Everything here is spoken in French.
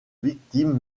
victimes